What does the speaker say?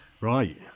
Right